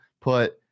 put